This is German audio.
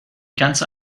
ganze